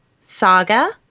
Saga